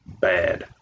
Bad